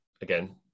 again